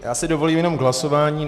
Já si dovolím jenom k hlasování.